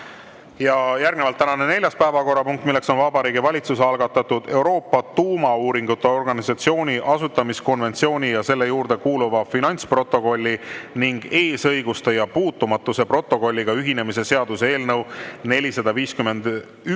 Ja järgnevalt tänane neljas päevakorrapunkt: Vabariigi Valitsuse algatatud Euroopa Tuumauuringute Organisatsiooni asutamiskonventsiooni ja selle juurde kuuluva finantsprotokolli ning eesõiguste ja puutumatuse protokolliga ühinemise seaduse eelnõu 451